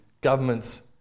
governments